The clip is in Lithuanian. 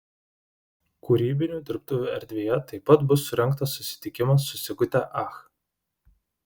kūrybinių dirbtuvių erdvėje taip pat bus surengtas susitikimas su sigute ach